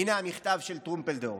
הינה המכתב של טרומפלדור: